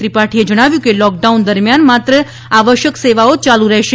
ત્રિપાઠી એ જણાવ્યું કે લૉકડાઉન દરમિયાન માત્ર આવશ્યક સેવાઓ ચાલુ રહેશે